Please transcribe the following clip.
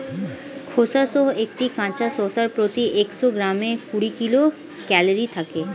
খোসাসহ একটি কাঁচা শসার প্রতি একশো গ্রামে কুড়ি কিলো ক্যালরি থাকে